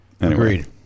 Agreed